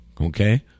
Okay